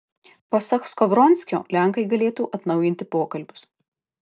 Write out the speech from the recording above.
pasak skovronskio lenkai galėtų atnaujinti pokalbius